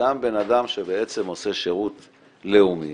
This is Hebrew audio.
שגם בן אדם שעושה שירות לאומי,